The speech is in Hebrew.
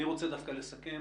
אני רוצה דווקא לסכם